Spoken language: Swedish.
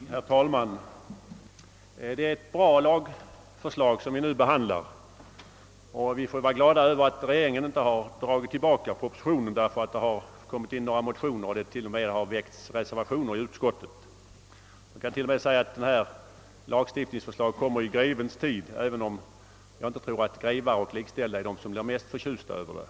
Herr talman! Det är ett bra lagförslag som vi nu behandlar, och vi får vara glada över att regeringen inte dragit tillbaka propositionen med hänvisning till att det har väckts några motioner i ärendet och till och med har fogats några reservationer till utskottets utlåtande. Jag kan också säga att detta lagförslag kommer i grevens tid, även om jag inte tror att grevar och likställda är de som blir mest förtjusta över det.